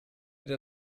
dir